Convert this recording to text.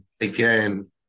again